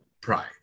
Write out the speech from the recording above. pride